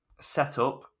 setup